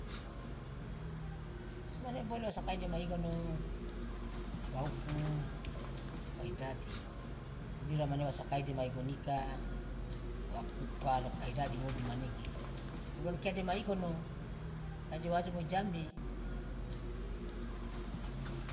so mane bole wo sakai dema igono gauku kai dadi bira mane wasakai dema igonika wa kupa lo kaidadi ngodumu manege duru ankia dema igono de aje wa ojomo ijame